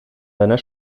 deiner